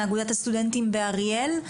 מאגודת הסטודנטים באריאל.